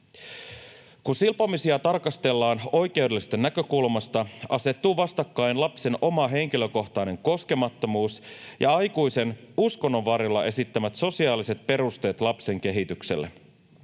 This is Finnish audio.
Kun silpomisia tarkastellaan oikeudellisesta näkökulmasta, asettuvat vastakkain lapsen oma henkilökohtainen koskemattomuus ja aikuisen uskonnon varjolla esittämät sosiaaliset perusteet lapsen kehitykselle.